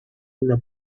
una